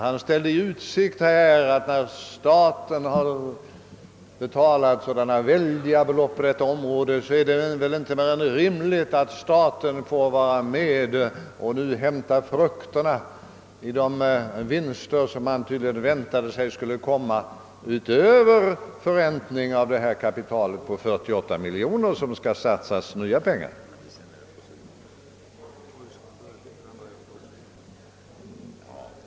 Han menade att det, när staten har betalat sådana väldiga belopp på detta område, inte är mer än rimligt, att staten nu får vara med om att hämta frukterna i de vinster, som han tydligen väntade sig skulle komma — utöver förräntningen av det nya kapital på 48 miljoner kronor, som skall satsas.